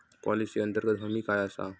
Policy अंतर्गत हमी काय आसा?